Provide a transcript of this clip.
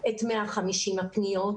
את 150 הפניות,